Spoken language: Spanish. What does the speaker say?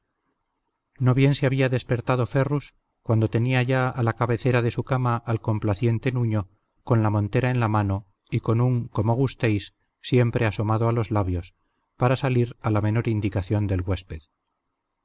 no bien se había despertado ferrus cuando tenía ya a la cabecera de su cama al complaciente nuño con la montera en la mano y con un como gustéis siempre asomado a los labios para salir a la menor indicación del huésped